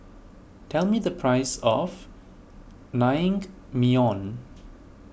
tell me the price of Naengmyeon